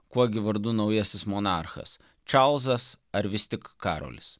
kuo gi vardu naujasis monarchas čarlzas ar vis tik karolis